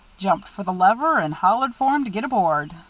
jumped for the lever, and hollered for him to get aboard.